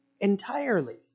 entirely